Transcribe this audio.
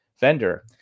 vendor